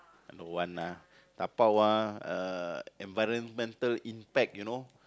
don't want ah dabao ah uh environmental impact you know